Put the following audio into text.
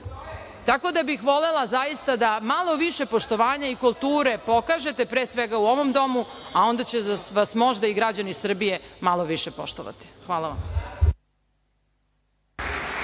Tako da bih volela, zaista, da malo više poštovanja i kulture pokažete pre svega u ovom domu, a onda će vas i građani Srbije malo više poštovati. Hvala vam.